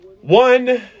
One